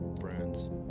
friends